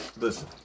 listen